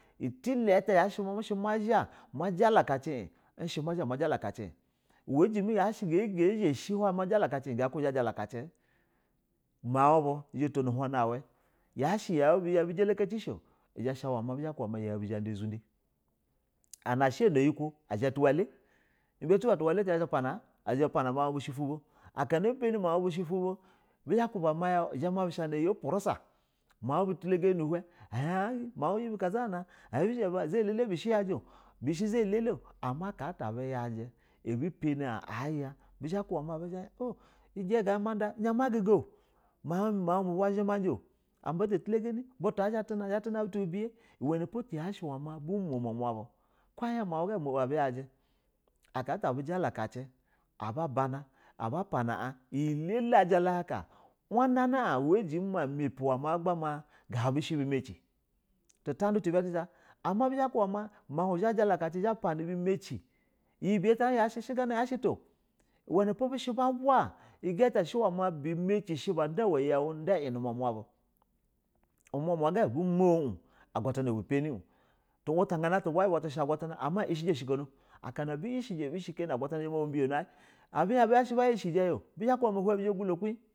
Iteli ata yashi majala kaci in ishi ma jala kaci e hale a jime ma ga zhashi ma jala kaci ga ba zha ba jala ka ki in maul bu zha otono uhana uule yashe mau bu hin buja lakashi o bizha ba kaba ma mau bu zha ada zunda muna shi muna you ko zhama da tuwala ibe tuba tuwali ta pana azha pana mau bus hi fubo akana a pani mauu bus hi fubo bizha ba kuba ma izha ma bu shana iyi ubu rusa mau bu talagani ba nu hiwe e abizha ba sasa iyi elele bishi uba yaji bishi za yi lele o ama aka ata abu pani an aya bizha kiba bizha bah in o ijia gazha maubua zhi maji abata talani azha atuna azha atuna buta bibye uwenapo bumo umama ba, ko mau ga moo a buyaji aka ata ata abujakaci a babana a ba pana a iyi elale a jala kaka hlanani a uwa a jimi ma a mapi ma gab u bu maci a tanta du tub a ta bizha ba kuba mamau zha a jarakal, zha hlapana bimaci iyi biya ta hin yashe shi yi bayi ta o uhlena po bi she ba va iketa bu maci shi ba da uhle ya bishi ba da in nu muma bu, umomo ga a bu mu gun aglatana ubu pani tu hlutana ta bula yu ba i she aglata ama ishiji shikono akana abu ishiji abu she kani a agula tana zha ma bu biyano ayi abu hin buzha she bas hi kono yi buzha ba kuba umama iba zha ya gulo akiuyi.